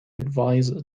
adviser